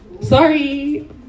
Sorry